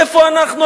איפה אנחנו,